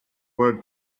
work